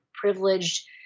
privileged